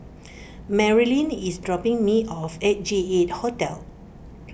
Merilyn is dropping me off at J eight Hotel